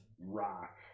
rock